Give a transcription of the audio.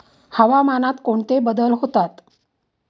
हवामानात कोणते बदल होतात?